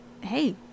hey